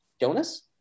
Jonas